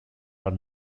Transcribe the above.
are